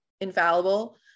infallible